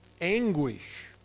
anguish